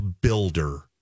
builder